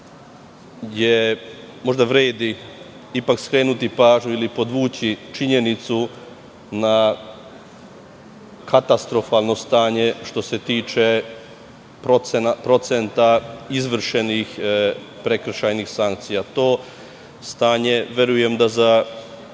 Možda vredi ipak skrenuti pažnju ili podvući činjenicu na katastrofalno stanje što se tiče procenta izvršenih prekršajnih sankcija. To stanje ili ti